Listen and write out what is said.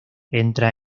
entra